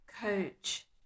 coach